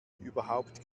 überhaupt